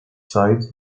side